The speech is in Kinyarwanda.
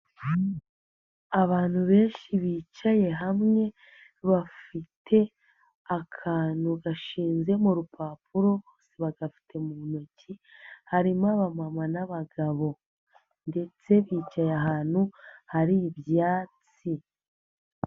Abantu benshi bicaye hamwe, bafite akantu gashinze mu rupapuro, bagafite mu ntoki, harimo abamama n'abagabo ndetse bicaye ahantu hari ibyatsi.